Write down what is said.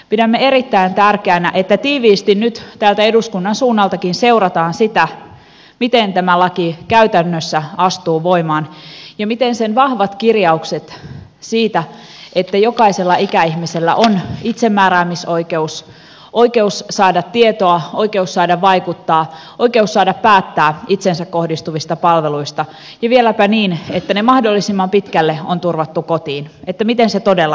pidämme erittäin tärkeänä että tiiviisti nyt täältä eduskunnankin suunnalta seurataan sitä miten tämä laki käytännössä astuu voimaan ja miten sen vahvat kirjaukset siitä että jokaisella ikäihmisellä on itsemääräämisoikeus oikeus saada tietoa oikeus saada vaikuttaa oikeus saada päättää itseensä kohdistuvista palveluista ja vieläpä niin että ne mahdollisimman pitkälle on turvattu kotiin todella aidosti toteutuvat